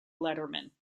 letterman